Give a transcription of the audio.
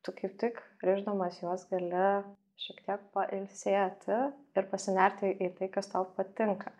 tu kaip tik rišdamas juos gali šiek tiek pailsėti ir pasinerti į tai kas tau patinka